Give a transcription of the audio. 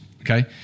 Okay